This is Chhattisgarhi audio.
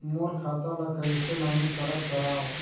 मोर खाता ल कइसे नवीनीकरण कराओ?